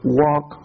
walk